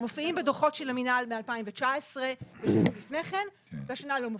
מופיעים בדוחות של המינהל מ-2019 ולפני כן והשנה לא מופיעים.